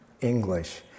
English